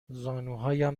زانوهایم